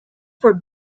for